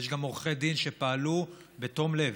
יש גם עורכי דין שפעלו בתום לב,